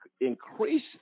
increase